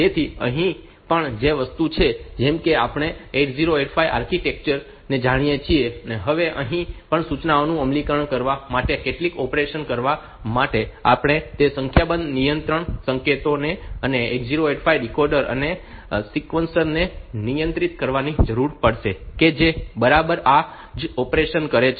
તેથી અહીં પણ તે જ વસ્તુ છે જેમ કે હવે આપણે 8085 આર્કિટેક્ચર જાણીએ છીએ હવે અહીં પણ સૂચનાઓનું અમલીકરણ કરવા માટે કેટલાક ઓપરેશન કરવા માટે આપણે તે સંખ્યાબંધ નિયંત્રણ સંકેતો અને 8085 ડીકોડર અને સિક્વન્સર ને નિયંત્રિત કરવાની જરૂર પડશે કે જે બરાબર આ જ ઓપરેશન કરે છે